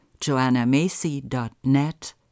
joannamacy.net